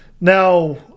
Now